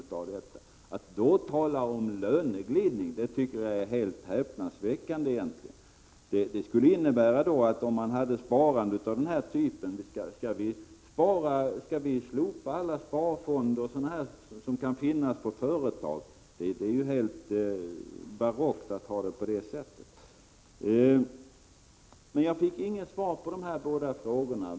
Att Gunnar Nilsson då talar om löneglidning tycker jag är helt häpnadsväckande. Skall vi slopa alla sparfonder som kan finnas på företagen? Det är helt barockt att ha det på det sättet. Jag fick inget svar på mina båda frågor.